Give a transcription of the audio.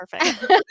perfect